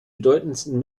bedeutendsten